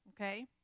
Okay